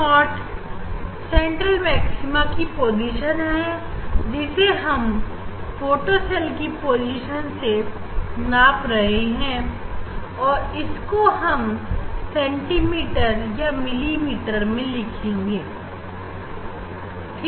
x 0 central maxima की position है जिसे हम फोटो सेल की पोजीशन से नाप रहे हैं और इसको हम cm या mm मैं लिखेंगे